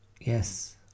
yes